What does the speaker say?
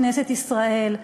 שכנסת ישראל,